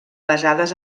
basades